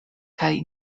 kaj